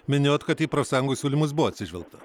minėjot kad į profsąjungų siūlymus buvo atsižvelgta